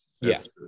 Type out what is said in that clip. Yes